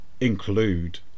include